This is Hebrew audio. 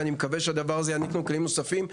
ואני מקווה שהחוק הזה יעניק לנו כלים נוספים.